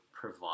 provide